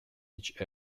each